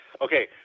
Okay